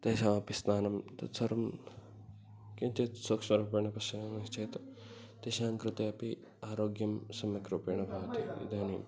तेषामपि स्नानं तत् सर्वं किञ्चित् सूक्ष्मरूपेण पश्यामश्चेत् तेषां कृते अपि आरोग्यं सम्यक्रूपेण भवति इदानीम्